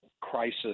crisis